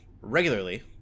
regularly